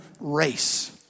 race